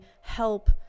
help